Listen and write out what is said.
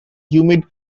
humid